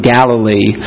Galilee